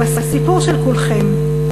הוא הסיפור של כולכם.